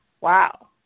Wow